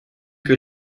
que